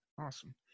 Awesome